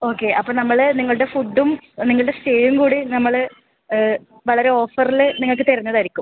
okay അപ്പം നമ്മള് നിങ്ങളുടെ ഫുഡ്ഡും നിങ്ങളുടെ സ്റ്റേയും കൂടി നമ്മള് വളരെ ഓഫറില് നിങ്ങൾക്ക് തരുന്നതായിരിക്കും